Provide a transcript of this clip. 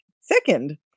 second